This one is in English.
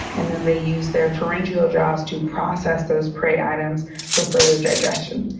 and then they use their pharyngeal jaws to process those prey items for further digestion.